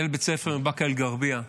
מנהל בית ספר מבאקה אל-גרבייה